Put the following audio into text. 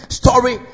story